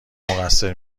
مقصر